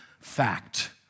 fact